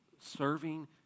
serving